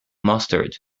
mustard